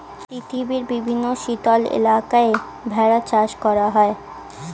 পৃথিবীর বিভিন্ন শীতল এলাকায় ভেড়া চাষ করা হয়